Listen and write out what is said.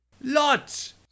Lots